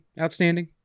outstanding